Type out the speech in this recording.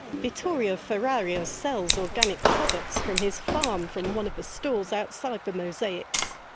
vittorio ferrario sells organic products from his farm from one of the stalls outside like the mosaics.